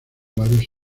varios